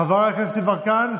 חברה כנסת יברקן,